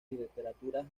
literaturas